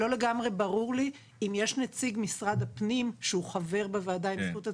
לא לגמרי ברור לי אם יש נציג משרד הפנים שהוא חבר בוועדה עם זכות הצבעה?